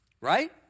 Right